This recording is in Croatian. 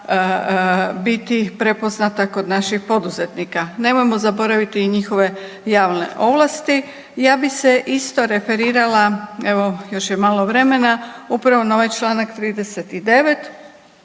biti prepoznata kod naših poduzetnika. Nemojmo zaboraviti i njihove javne ovlasti. Ja bi se isto referirala, evo još je malo vremena, upravo na ovaj čl. 39.